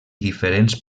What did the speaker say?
diferents